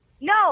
No